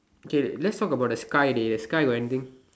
K let's talk about the sky dey the sky got anything